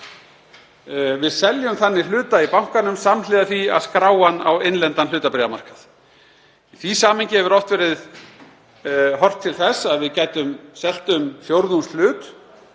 Við seljum þannig hluta í bankanum samhliða því að skrá hann á innlendan hlutabréfamarkað. Í því samhengi hefur oft verið horft til þess að við gætum selt um fjórðungshlut.